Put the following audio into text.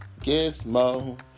Gizmo